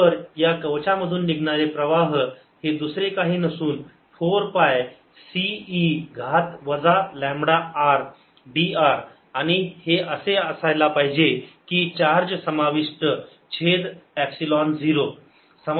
तर या कवचा मधून निघणारे प्रवाह हे दुसरे काही नसून 4 पाय C e घात वजा लांबडा r dr आणि हे असे असायला पाहिजे की चार्ज समाविष्ट छेद एपसिलोन 0